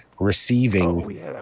receiving